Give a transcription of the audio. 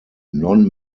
non